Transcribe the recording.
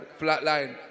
Flatline